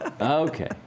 Okay